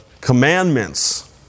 commandments